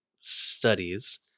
studies